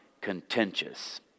contentious